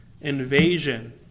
invasion